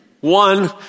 one